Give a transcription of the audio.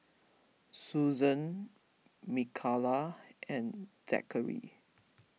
Susan Micayla and Zackary